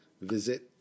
visit